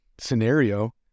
scenario